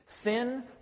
Sin